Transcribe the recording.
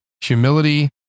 humility